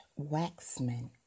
Waxman